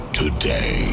today